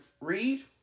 read